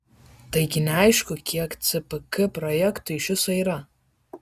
taigi neaišku kiek cpk projektų iš viso yra